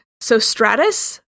Sostratus